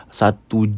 satu